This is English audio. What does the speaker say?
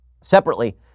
Separately